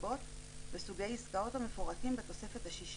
נסיבות וסוגי עסקאות המפורטים בתוספת השישית,